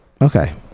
Okay